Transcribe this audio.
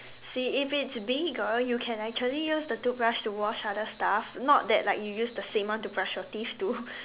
see if it's bigger you can actually use the toothbrush to wash other stuff not that like you use the same one to brush your teeth too